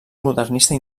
modernista